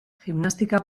gimnastika